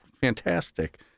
fantastic